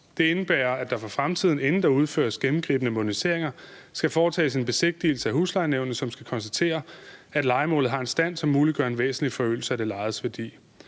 Det indebærer, at der for fremtiden, inden der udføres gennemgribende moderniseringer, skal foretages en besigtigelse af huslejenævnet, som skal konstatere, at lejemålet har en stand, som muliggør en væsentlig forøgelse af det lejedes værdi.